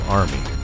army